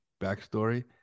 backstory